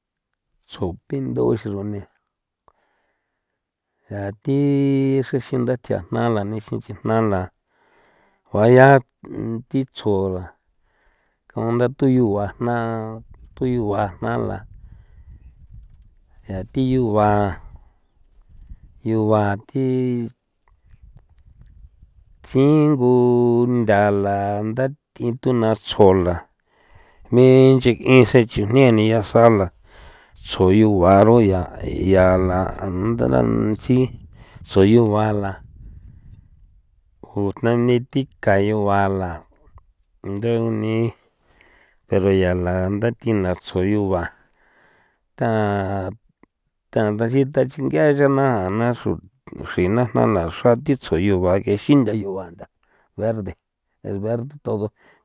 Tsjo pindo xi lo ni yaa thi xreen xi nthatjan jna la nixin ni na la juaya thi tsjo la como ntha thuyua jna thuyua jna la yaa thi yua yua thi tsingo ntha la ndathi t'una tsjo la ni nche'in se chujni ni ya tsa la tsjo yu ba ro ya ya la ndara tsji tsjo yu ba la o jna ni thi ka yu ba la pero ya la ntha thi la tsjo yu ba ta ta ndayi tatsige'e yana a na xru xri jna la xra thi tsjo yua ngexi ntha yu ba ntha verde es verde todo.